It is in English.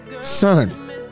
son